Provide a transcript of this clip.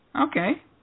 Okay